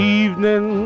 evening